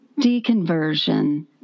Deconversion